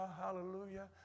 hallelujah